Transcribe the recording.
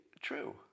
true